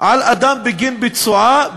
על אדם בגין ביצועה,